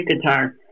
guitar